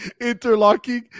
interlocking